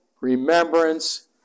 remembrance